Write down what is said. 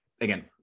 again